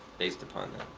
based upon that.